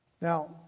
Now